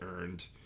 earned